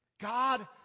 God